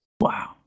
Wow